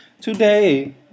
Today